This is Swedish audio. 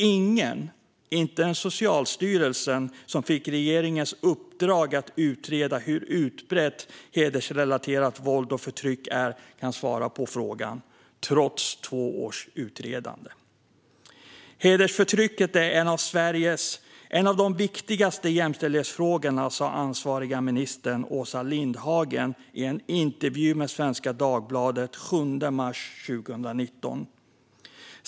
Ingen kan svara på frågan hur utbrett hedersrelaterat våld och förtryck är, inte ens Socialstyrelsen som fick regeringens uppdrag att göra en utredning och har gjort det under två år. "Hedersförtrycket är en av de viktigaste jämställdhetsfrågorna", sa den ansvariga ministern Åsa Lindhagen i en intervju med Svenska Dagbladet den 7 mars 2019.